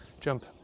jump